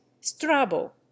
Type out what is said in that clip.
Strabo